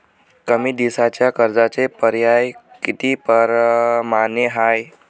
कमी दिसाच्या कर्जाचे पर्याय किती परमाने हाय?